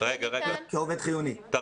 להכיר בהם כעובדים חיוניים.